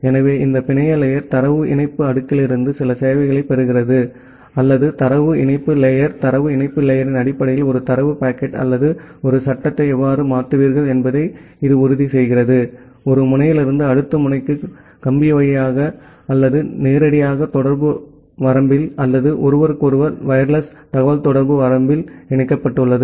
எனவே இந்த பிணைய லேயர் தரவு இணைப்பு அடுக்கிலிருந்து சில சேவைகளைப் பெறுகிறது அல்லது தரவு இணைப்பு லேயர் தரவு இணைப்பு லேயரின் அடிப்படையில் ஒரு தரவு பாக்கெட் அல்லது ஒரு சட்டத்தை எவ்வாறு மாற்றுவீர்கள் என்பதை இது உறுதி செய்கிறது ஒரு முனையிலிருந்து அடுத்த முனைக்கு கம்பி வழியாக அல்லது நேரடியாக தொடர்பு வரம்பில் அல்லது ஒருவருக்கொருவர் வயர்லெஸ் தகவல்தொடர்பு வரம்பில் இணைக்கப்பட்டுள்ளது